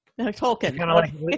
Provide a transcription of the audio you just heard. Tolkien